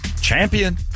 Champion